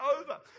over